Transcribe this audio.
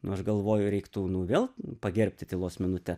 nu aš galvoju reiktų nu vėl pagerbti tylos minute